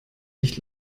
nicht